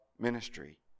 ministry